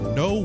no